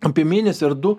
apie mėnesį ar du